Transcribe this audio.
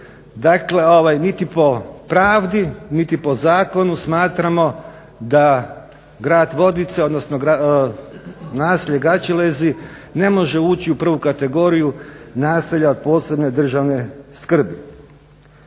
Dakle niti po pravdi niti po zakonu smatramo da grad Vodice odnosno naselje Gaćelezi ne može ući u prvu kategoriju naselja od posebne državne skrbi.